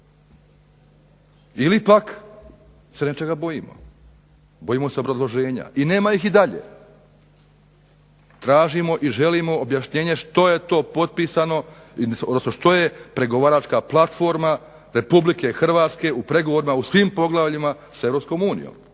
Ili pak se nečega bojimo? Bojimo se obrazloženja i nema ih i dalje. Tražimo i želimo objašnjenje što je to potpisano odnosno što je pregovaračka platforma RH u pregovorima u svim poglavljima sa EU.